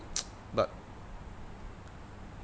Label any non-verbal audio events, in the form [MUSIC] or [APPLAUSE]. [NOISE] but